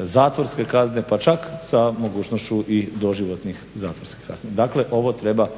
zatvorske kazne pa čak sa mogućnošću i doživotnih zatvorskih kazni. Dakle, ovo treba